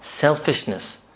selfishness